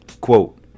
quote